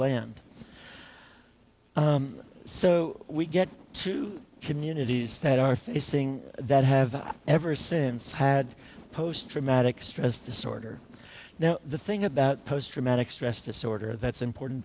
land so we get to communities that are facing that have ever since had post traumatic stress disorder now the thing about post traumatic stress disorder that's important